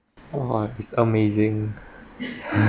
!wah! it's amazing